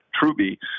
Truby